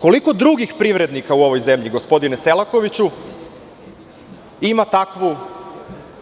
Koliko drugih privrednika u ovoj zemlji, gospodine Selakoviću, ima